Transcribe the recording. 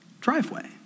driveway